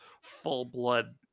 full-blood